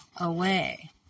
away